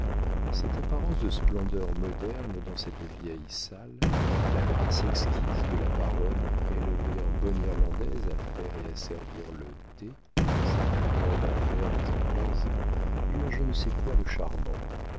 cette apparence de splendeur moderne dans cette vieille salle la grâce exquise de la baronne élevée en bonne irlandaise à faire et à servir le thé cette grande affaire des anglaises eurent je ne sais quoi de charmant